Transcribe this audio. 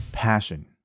passion